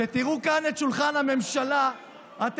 כשתראו את שולחן הממשלה כאן,